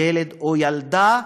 ילד או ילדה,